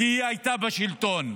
כי היא הייתה בשלטון.